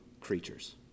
creatures